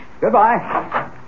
Goodbye